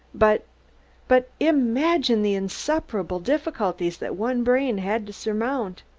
but but imagine the insuperable difficulties that one brain had to surmount!